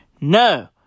No